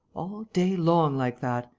all day long, like that!